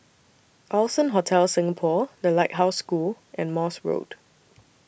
Allson Hotel Singapore The Lighthouse School and Morse Road